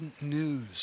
news